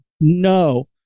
no